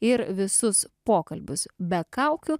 ir visus pokalbius be kaukių